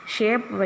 Shape